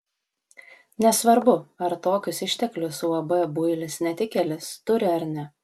nesvarbu ar tokius išteklius uab builis netikėlis turi ar ne